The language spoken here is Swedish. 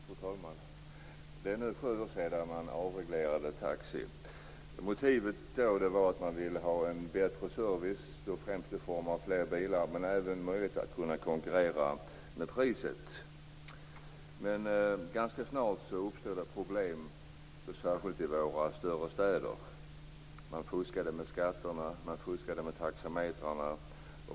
Fru talman! Det är nu sju år sedan man avreglerade taxinäringen. Motivet var att man ville ha bättre service, främst i form av fler bilar, men även möjlighet att konkurrera med priset. Ganska snart uppstod problem, särskilt i våra större städer. Man fuskade med skatterna och man fuskade med taxametrarna.